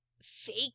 fake